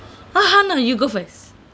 uh !huh! no you go first